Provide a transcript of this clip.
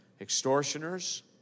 Extortioners